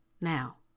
now